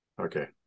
Okay